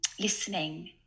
listening